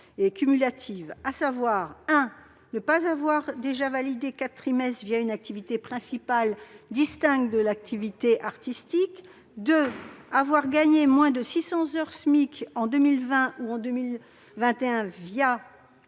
à savoir : ne pas avoir déjà validé quatre trimestres une activité principale distincte de l'activité artistique ; avoir gagné moins de 600 heures SMIC en 2020 ou en 2021 son